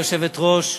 גברתי היושבת-ראש,